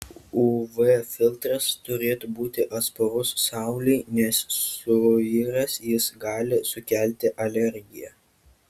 uv filtras turėtų būti atsparus saulei nes suiręs jis gali sukelti alergiją